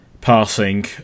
passing